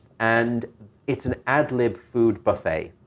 and it's an ad-lib food buffet,